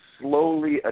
slowly